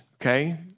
okay